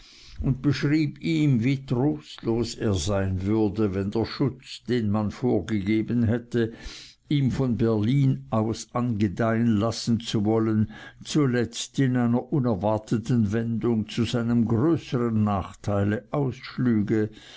und beschrieb ihm wie trostlos er sein würde wenn der schutz den man vorgegeben hätte ihm von berlin aus angedeihen lassen zu wollen zuletzt in einer unerwarteten wendung zu seinem größeren nachteile ausschlüge